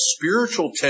spiritual